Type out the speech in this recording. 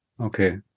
Okay